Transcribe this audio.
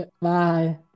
Bye